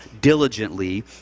diligently